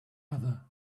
other